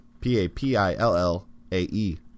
P-A-P-I-L-L-A-E